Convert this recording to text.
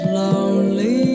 lonely